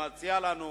שמציע לנו